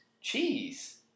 Cheese